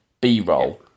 B-roll